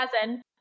cousin